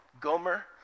Gomer